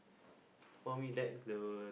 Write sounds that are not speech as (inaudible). (breath) for me that's the